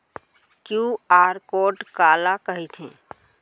QR code काला कहिथे?